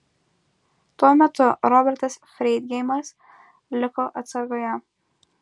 tuo metu robertas freidgeimas liko atsargoje